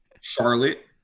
Charlotte